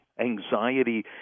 anxiety